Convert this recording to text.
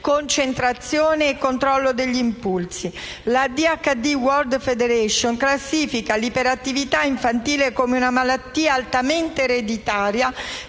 concentrazione e controllo degli impulsi. L'ADHD World Federation classifica l'iperattività infantile come «una malattia altamente ereditaria,